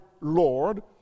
Lord